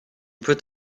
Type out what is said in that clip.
peut